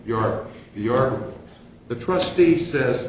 you're you're the trustee says